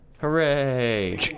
Hooray